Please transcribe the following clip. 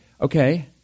okay